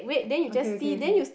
okay okay okay